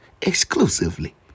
exclusively